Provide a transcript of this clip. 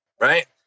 Right